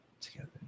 together